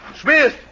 Smith